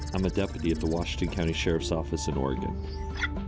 i'm the deputy at the washington county sheriff's office in oregon